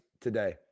today